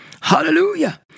hallelujah